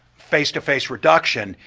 face-to-face reduction,